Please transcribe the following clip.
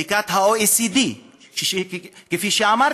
בדיקת ה-OECD, כפי שאמרתי,